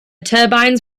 turbines